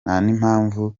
n’impamvu